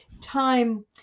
time